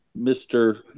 Mr